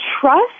trust